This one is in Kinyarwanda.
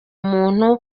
muntu